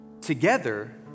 together